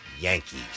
Yankees